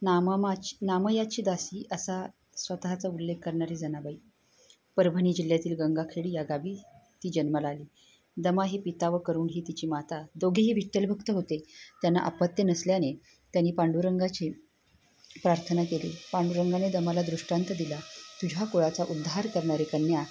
नामामा नामयाची दासी असा स्वतःचा उल्लेख करणारी जनाबाई परभणी जिल्ह्यातील गंगाखेड या गावी ती जन्माला आली दमा ही पिता व करून ही तिची माता दोघेही विठ्ठल भक्त होते त्यांना अपत्य नसल्याने त्यांनी पांडुरंगाची प्रार्थना केली पांडुरंगाने दमाला दृष्टांत दिला तुझ्या कुळाचा उद्धार करणारी कन्या